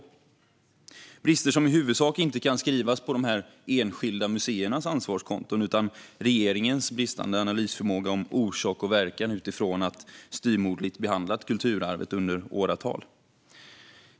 Det är brister som i huvudsak inte kan tillskrivas de enskilda museernas ansvarskonton utan regeringens bristande analysförmåga om orsak och verkan efter åratal av styvmoderlig behandling av kulturarvet.